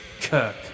Kirk